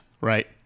right